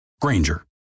Granger